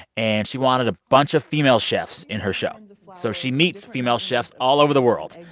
and she wanted a bunch of female chefs in her show. and so she meets female chefs all over the world,